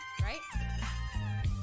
Right